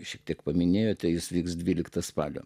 šiek tiek paminėjote jis vyks dvyliktą spalio